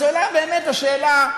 אז עולה באמת השאלה: